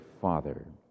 father